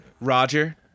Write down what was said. Roger